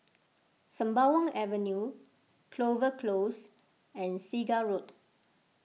Sembawang Avenue Clover Close and Segar Road